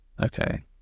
Okay